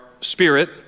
spirit